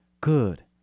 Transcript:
good